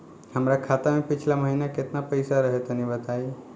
हमरा खाता मे पिछला महीना केतना पईसा रहे तनि बताई?